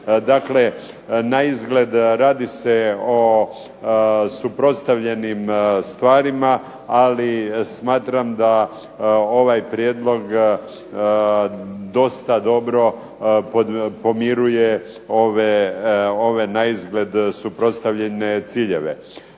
Dakle, naizgled radi se o suprotstavljenim stvarima, ali smatram da ovaj prijedlog dosta dobro pomiruje ove naizgled suprotstavljene ciljeve.